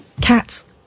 Cats